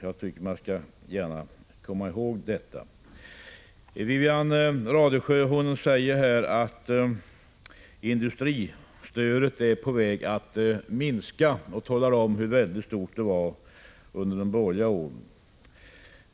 Jag tycker att man skall komma ihåg detta. Wivi-Anne Radesjö säger att industristödet är på väg att minska och talar om hur väldigt stort det var under de borgerliga åren.